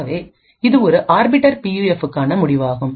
ஆகவே இது ஒரு ஆர்பிட்டர் பி யுஎஃப்புக்கான முடிவாகும்